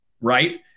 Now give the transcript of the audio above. right